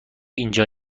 اینجا